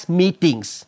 meetings